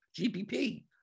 GPP